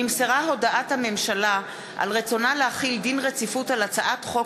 נמסרה הודעת הממשלה על רצונה להחיל דין רציפות על הצעת חוק